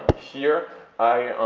here i,